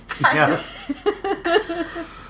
yes